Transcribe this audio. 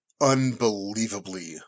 unbelievably